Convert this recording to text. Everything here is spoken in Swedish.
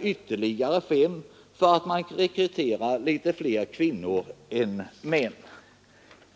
ytterligare 5 kronor för att man rekryterar litet fler kvinnor än män?